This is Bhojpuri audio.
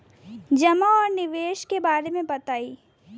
जमा और निवेश के बारे मे बतायी?